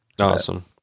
Awesome